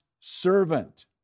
servant